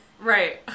right